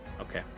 okay